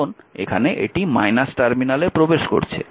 কারণ এখানে এটি টার্মিনালে প্রবেশ করছে